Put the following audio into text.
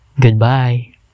Goodbye